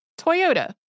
Toyota